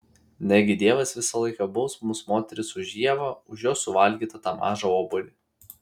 negi dievas visą laiką baus mus moteris už ievą už jos suvalgytą tą mažą obuolį